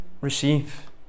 receive